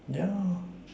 yeah